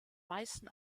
meisten